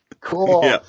Cool